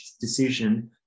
decision